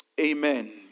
Amen